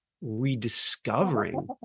rediscovering